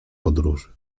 podróży